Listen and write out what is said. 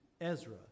Ezra